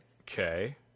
Okay